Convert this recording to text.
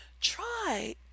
try